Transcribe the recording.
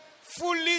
fully